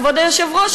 כבוד היושב-ראש,